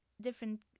different